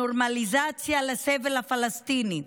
הנורמליזציה של הסבל הפלסטיני,